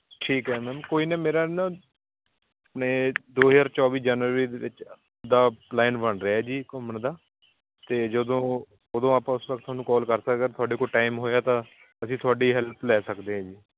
ਠੀਕ ਹੈ ਮੈਮ ਕੋਈ ਨਾ ਮੇਰਾ ਨਾ ਆਪਣੇ ਦੋ ਹਜ਼ਾਰ ਚੌਵੀ ਜਨਵਰੀ ਦੇ ਵਿੱਚ ਦਾ ਪਲੈਨ ਬਣ ਰਿਹਾ ਜੀ ਘੁੰਮਣ ਦਾ ਅਤੇ ਜਦੋਂ ਉਦੋਂ ਆਪਾਂ ਤੁਹਾਨੂੰ ਕਾਲ ਕਰ ਸਕਾਂ ਤੁਹਾਡੇ ਕੋਲ ਟਾਈਮ ਹੋਇਆ ਤਾਂ ਅਸੀਂ ਤੁਹਾਡੀ ਹੈਲਪ ਲੈ ਸਕਦੇ ਹਾਂ ਜੀ